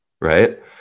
right